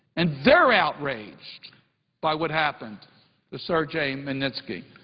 and they're outraged by what happened to sergei magnitsky.